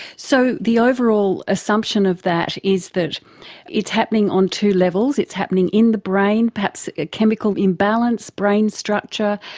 so the overall assumption of that is that it's happening on two levels, it's happening in the brain, perhaps a chemical imbalance, brain structure,